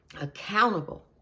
accountable